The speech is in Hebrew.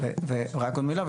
רק עוד מילה.